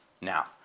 Now